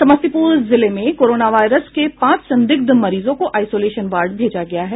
समस्तीपुर जिले में corona virus के पांच संदिग्ध मरीजों को आइसोलेशन वार्ड भेजा गया है